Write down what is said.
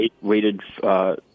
waited